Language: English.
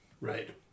Right